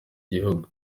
gihugu